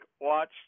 watch